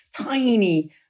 tiny